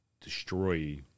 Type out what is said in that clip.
destroy